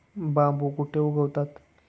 बांबू कुठे उगवतात?